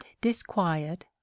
disquiet